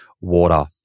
water